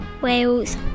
Wales